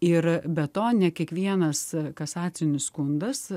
ir be to ne kiekvienas kasacinis skundas